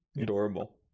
Adorable